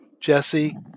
Jesse